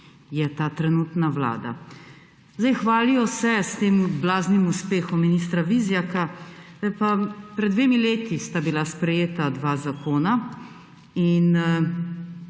je ta trenutna vlada. Hvalijo se s tem blaznim uspehom ministra Vizjaka. Zdaj pa pred dvema letoma sta bila sprejeta dva zakona in